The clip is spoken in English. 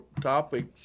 topic